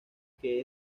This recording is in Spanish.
que